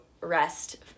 rest